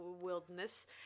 wilderness